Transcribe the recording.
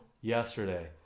Yesterday